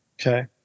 Okay